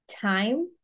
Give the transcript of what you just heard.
time